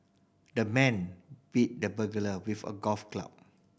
the man bit the burglar with a golf club